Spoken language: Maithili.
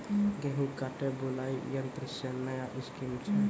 गेहूँ काटे बुलाई यंत्र से नया स्कीम छ?